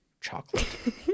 chocolate